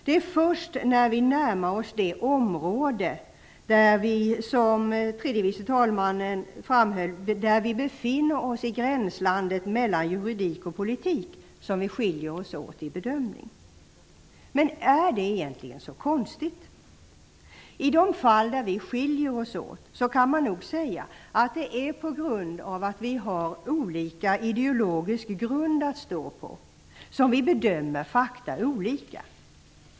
Det är först när vi närmar oss det område där vi, som tredje vice talmannen framhöll, befinner oss i gränslandet mellan juridik och politik som vi skiljer oss åt i bedömningen. Men är det egentligen så konstigt? I de fall där vi skiljer oss åt kan man nog säga att det är på grund av att vi har olika ideologisk grund att stå på som vi bedömer fakta olika.